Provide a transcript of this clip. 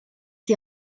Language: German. die